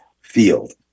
field